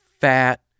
fat